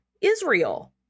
Israel